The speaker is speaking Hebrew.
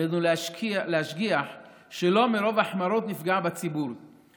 עלינו להשגיח שלא נפגע בציבור מרוב החמרות,